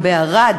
או בערד,